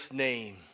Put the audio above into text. name